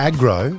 Agro